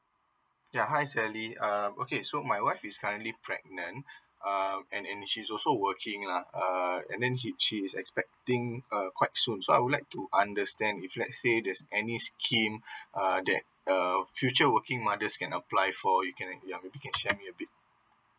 ya hi sally err okay so my wife is currently pregnant um and and she's also working lah err then he she's expecting err quite soon so I would like to understand if let's say there's any scheme err that err future working mothers can apply for you can yeah maybe can share me a bit